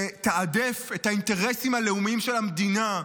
תתעדף את האינטרסים הלאומיים של המדינה,